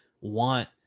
want